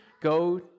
go